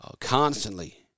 constantly